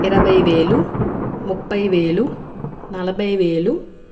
ఇరవైవేలు ముప్పైవేలు నలభైవేలు